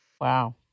Wow